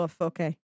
Okay